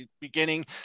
beginning